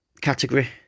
category